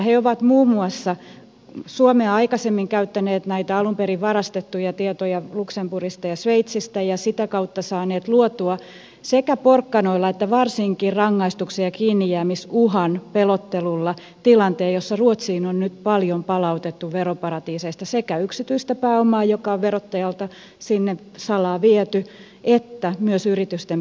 he ovat muun muassa suomea aikaisemmin käyttäneet näitä alun perin varastettuja tietoja luxemburgista ja sveitsistä ja sitä kautta saaneet luotua sekä porkkanoilla että varsinkin rangaistuksella ja kiinnijäämisuhalla pelottelulla tilanteen jossa ruotsiin on nyt palautettu vero paratiiseista paljon sekä yksityistä pääomaa joka on verottajalta salaa sinne viety että myös yritysten pääomaa